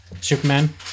superman